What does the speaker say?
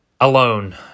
Alone